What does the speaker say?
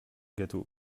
gâteaux